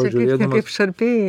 tu kaip ne kaip šarpėjai